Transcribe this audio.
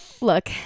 Look